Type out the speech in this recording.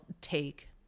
take